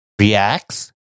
reacts